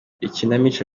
ikinamico